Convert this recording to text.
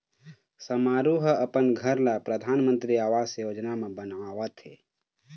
समारू ह अपन घर ल परधानमंतरी आवास योजना म बनवावत हे